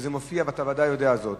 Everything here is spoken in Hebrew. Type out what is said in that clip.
וזה מופיע ואתה בוודאי יודע זאת,